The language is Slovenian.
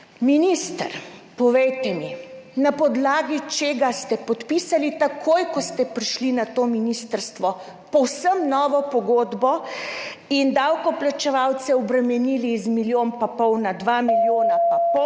Minister, povejte mi: Na podlagi česa ste podpisali, takoj ko ste prišli na to ministrstvo, povsem novo pogodbo in davkoplačevalce namesto za 1 milijon pa pol obremenili za 2 milijona pa pol,